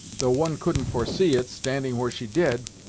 though one couldn't foresee it, standing where she did.